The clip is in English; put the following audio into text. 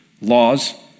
laws